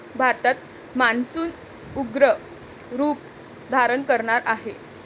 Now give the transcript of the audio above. भारतात मान्सून उग्र रूप धारण करणार आहे